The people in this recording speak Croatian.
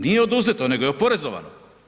Nije oduzeto nego je oporezovano.